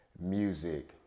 music